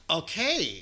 okay